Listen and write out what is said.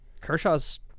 Kershaw's